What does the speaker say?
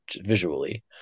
visually